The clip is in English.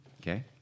Okay